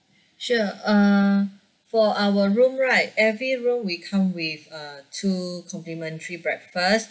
sure uh for our room right every room we come with uh two complimentary breakfast